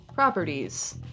properties